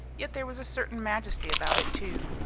yet there was a certain majesty about it, too,